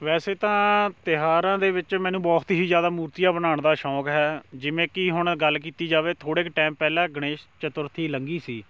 ਵੈਸੇ ਤਾਂ ਤਿਉਹਾਰਾਂ ਦੇ ਵਿੱਚ ਮੈਨੂੰ ਬਹੁਤ ਹੀ ਜ਼ਿਆਦਾ ਮੂਰਤੀਆਂ ਬਣਾਉਣ ਦਾ ਸ਼ੌਕ ਹੈ ਜਿਵੇਂ ਕਿ ਹੁਣ ਗੱਲ ਕੀਤੀ ਜਾਵੇ ਥੋੜ੍ਹੇ ਕੁ ਟਾਈਮ ਪਹਿਲਾਂ ਗਣੇਸ਼ ਚਤਰੁਥੀ ਲੰਘੀ ਸੀ